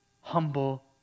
humble